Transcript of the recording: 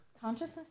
Consciousness